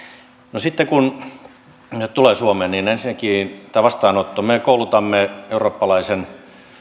no sitten kun he tulevat suomeen niin ensinnäkin tämä vastaanotto me koulutamme eurooppalaisen